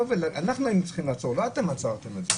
אנחנו היינו צריכים לעצור, לא אתם עצרתם את זה.